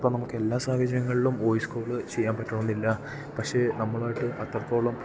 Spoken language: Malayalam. ഇപ്പം നമുക്ക് എല്ലാ സാഹചര്യങ്ങളിലും വോയ്സ് കോൾ ചെയ്യാൻ പറ്റണമെന്നില്ല പക്ഷേ നമ്മൾ ആയിട്ട് അത്രത്തോളം